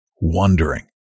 wondering